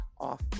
off